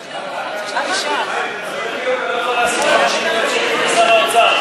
אתה מדבר כאילו אתה לא יכול להשיג 50 מיליון שקל משר האוצר,